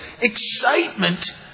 excitement